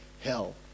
hell